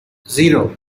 zero